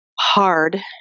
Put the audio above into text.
hard